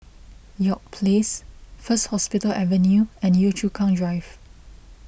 York Place First Hospital Avenue and Yio Chu Kang Drive